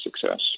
success